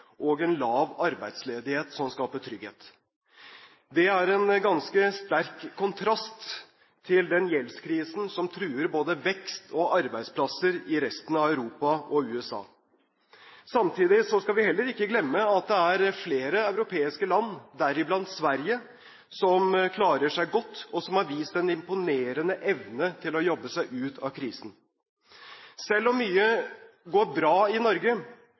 og en lav arbeidsledighet som skaper trygghet. Det er en ganske sterk kontrast til den gjeldskrisen som truer både vekst og arbeidsplasser i resten av Europa og USA. Samtidig skal vi heller ikke glemme at det er flere europeiske land, deriblant Sverige, som klarer seg godt, og som har vist en imponerende evne til å jobbe seg ut av krisen. Selv om mye går bra i Norge,